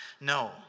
No